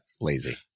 Lazy